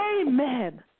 Amen